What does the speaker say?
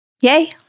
Yay